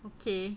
okay